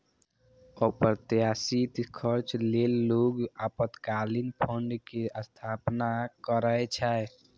अप्रत्याशित खर्च लेल लोग आपातकालीन फंड के स्थापना करै छै